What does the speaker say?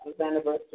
anniversary